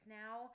now